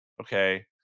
okay